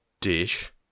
Dish